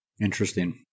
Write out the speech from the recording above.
Interesting